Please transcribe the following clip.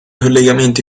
collegamenti